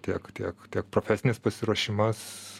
tiek tiek tiek profesinis pasiruošimas